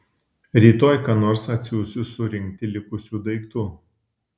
rytoj ką nors atsiųsiu surinkti likusių daiktų